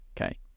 okay